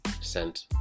sent